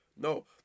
No